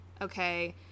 okay